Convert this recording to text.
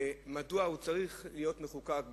ומדוע הוא צריך להיות מחוקק,